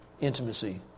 intimacy